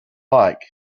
like